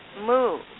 move